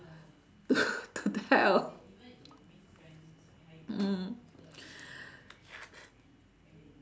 t~ to tell mm